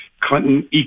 Clinton